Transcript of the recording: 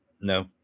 no